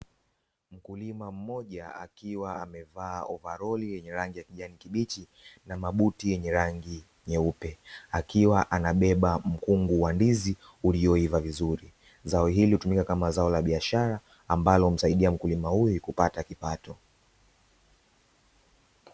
Mkulima mmoja akiwa amevaa ovaroli lenye rangi ya kijani kibichi na mabuti yenye rangi nyeupe, akiwa anabeba mkungu wa ndizi ulioiva vizuri. Zao hili hutumika kama zao la biashara ambalo humsaidia mkulima huyu kupata kipato.